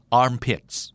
armpits